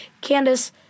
Candace